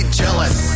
jealous